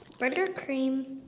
Buttercream